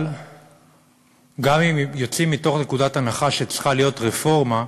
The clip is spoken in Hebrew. אבל גם אם יוצאים מתוך נקודת הנחה שצריכה להיות רפורמה,